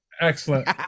excellent